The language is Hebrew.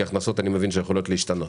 כי הכנסות אני מבין שיכולות להשתנות,